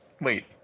Wait